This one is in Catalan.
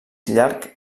llarg